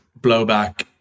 blowback